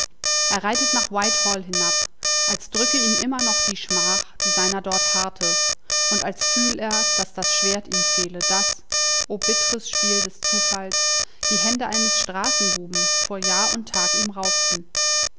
er reitet nach whitehall hinab als drücke ihn immer noch die schmach die seiner dort harrte und als fühl er daß das schwert ihm fehle das o bittres spiel des zufalls die hände eines straßenbuben vor jahr und tag ihm raubten